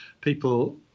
people